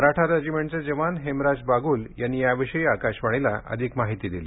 मराठा रेजिमेंटचे जवान हेमराज बागूल यांनी याविषयी आकाशवाणीला अधिक माहिती दिली